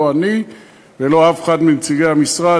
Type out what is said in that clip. לא אני ולא אף נציג מהמשרד.